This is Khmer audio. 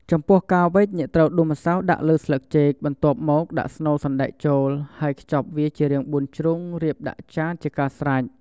ចំពោះការវេច អ្នកត្រូវដួសម្សៅដាក់លើស្លឹកចេក បន្ទាប់មកដាក់ស្នូលសណ្តែកចូល ហើយខ្ចប់វាជារាងបួនជ្រុង រៀបដាក់ចានជាការស្រេច។